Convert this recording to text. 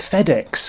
FedEx